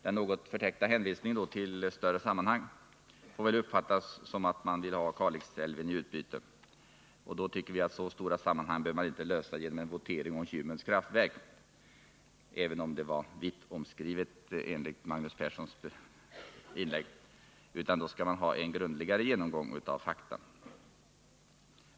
Den något förtäckta hänvisningen till ”större sammanhang” får väl uppfattas som att man vill ha Kalixälven i utbyte. Problem med så stora sammanhang bör man inte lösa genom en votering om Kymmens kraftverk — även om det var vitt omskrivet enligt Magnus Perssons inlägg — utan då krävs en grundligare genomgång av fakta.